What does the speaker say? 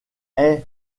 est